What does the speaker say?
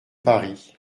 paris